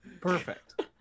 Perfect